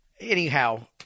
Anyhow